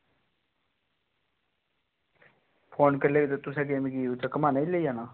phone करी लैयो ते केह् उत्थें तुसें मिगी घुम्मानै लेई जाना